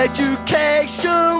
Education